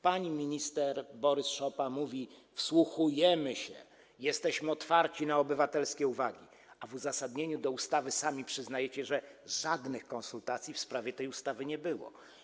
Pani minister Borys-Szopa stwierdza: wsłuchujemy się, jesteśmy otwarci na obywatelskie uwagi, a w uzasadnieniu ustawy sami przyznajecie, że żadnych konsultacji w sprawie tej ustawy nie było.